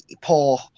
Poor